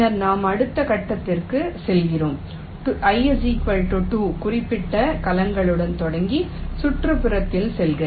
பின்னர் நாம் அடுத்த கட்டத்திற்கு செல்லலாம் i 2 குறிக்கப்பட்ட கலங்களுடன் தொடங்கி சுற்றுப்புறத்தில் செல்க